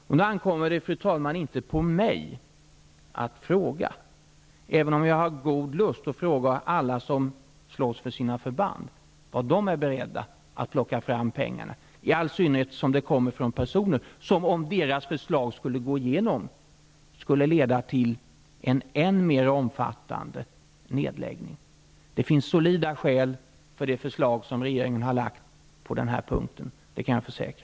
Det ankommer inte på mig att fråga, även om jag har god lust, alla som slåss för sina förband vad de är beredda att plocka pengarna från -- i all synnerhet som dessa önskemål kommer från personer vars förslag, om de skulle gå igenom, skulle leda till en än mer omfattande nedläggning. Det finns solida skäl till det förslag regeringen har lagt fram på den här punkten. Det kan jag försäkra.